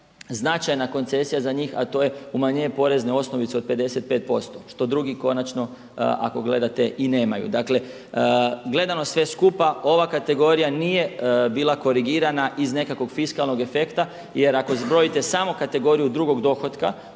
značajna koncesija za njih a to je umanjenje porezne osnovice od 55% što drugi konačno ako gledate i nemaju. Dakle, gledano sve skupa ova kategorija nije bila korigirana iz nekakvog fiskalnog efekta jer ako zbrojite samo kategoriju drugog dohotka